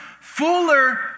fuller